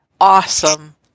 awesome